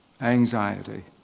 anxiety